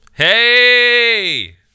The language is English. Hey